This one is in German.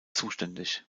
zuständig